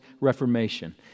Reformation